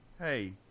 hey